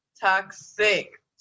Toxic